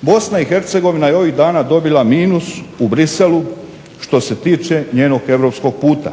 Bosna i Hercegovina je ovih dana dobila minus u Bruxellesu što se tiče njenog europskog puta.